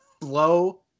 flow